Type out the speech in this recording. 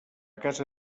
casa